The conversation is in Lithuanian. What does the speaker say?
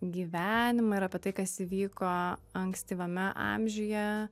gyvenimą ir apie tai kas įvyko ankstyvame amžiuje